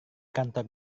kantor